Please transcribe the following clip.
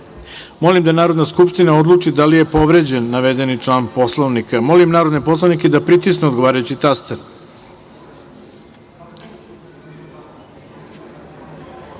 da Narodna skupština odluči da li je povređen navedeni član Poslovnika. Molim narodne poslanike da pritisnu odgovarajući